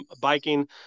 biking